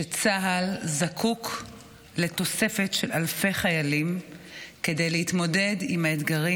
שצה"ל זקוק לתוספת של אלפי חיילים כדי להתמודד עם האתגרים